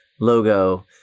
logo